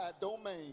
domain